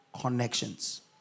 connections